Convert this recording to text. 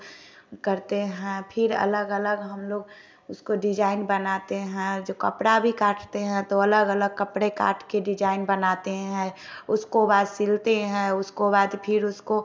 करते है फिर अलग अलग हम लोग उसको डिजाईन बनाते हैं जो कपड़ा भी काटते तो अलग अलग कपड़े काट कर डिजाईन बनाते हैं उसको बाद सिलते हैं उसको बाद फिर उसको